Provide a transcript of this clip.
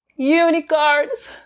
unicorns